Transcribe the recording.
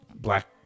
black